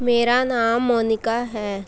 ਮੇਰਾ ਨਾਮ ਮੋਨਿਕਾ ਹੈ